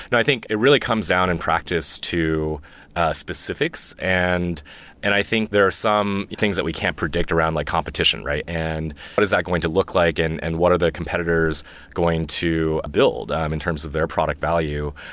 and i think, it really comes down in practice to specifics. and and i think there are some things that we can't predict around like competition, right? and what is that going to look like and and what are the competitors going to build um in terms of their product value?